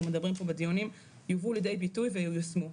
מדברים פה בדיונים יובאו לידי ביטוי וייושמו.